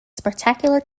spectacular